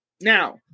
now